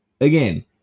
Again